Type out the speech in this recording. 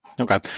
Okay